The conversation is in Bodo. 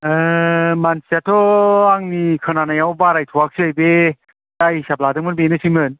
मानसियाथ' आंनि खोनानायाव बारायथ'आखिसै बे जा हिसाब लादों बेनोसैमोन